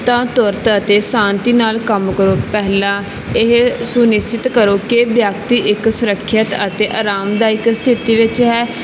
ਤਾਂ ਤੁਰੰਤ ਅਤੇ ਸ਼ਾਂਤੀ ਨਾਲ ਕੰਮ ਕਰੋ ਪਹਿਲਾਂ ਇਹ ਸੁਨਿਸ਼ਚਿਤ ਕਰੋ ਕਿ ਵਿਅਕਤੀ ਇੱਕ ਸੁਰੱਖਿਅਤ ਅਤੇ ਆਰਾਮਦਾਇਕ ਸਥਿਤੀ ਵਿੱਚ ਹੈ